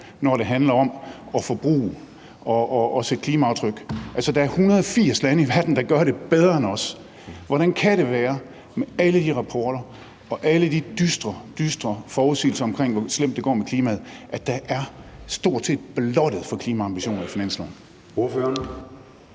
når det handler om at forbruge og sætte klimaaftryk, altså at der er 180 lande i verden, der gør det bedre end os. Hvordan kan det være med alle de rapporter og alle de dystre, dystre forudsigelser omkring, hvor slemt det går med klimaet, at forslaget til finanslov stort set er blottet for klimaambitioner? Kl.